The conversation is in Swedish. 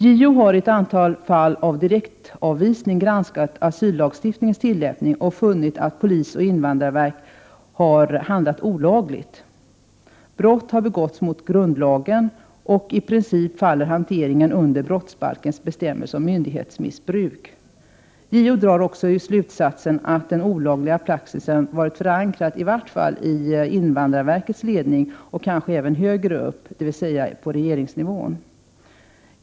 JO har i ett antal fall av direktavvisning granskat asyllagstiftningens tillämpning och funnit att polis och invandrarverk har handlat olagligt. Brott har begåtts mot grundlagen, och i princip faller hanteringen under brottsbalkens bestämmelse om myndighetsmissbruk. JO drar också slutsatsen att den olagliga praxisen var förankrad i vart fall i invandrarverkets ledning och kanske ännu högre upp, dvs. på regeringsnivå.